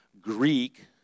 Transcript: Greek